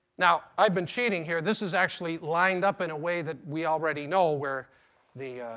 now i've been cheating here. this is actually lined up in a way that we already know, where the